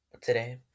Today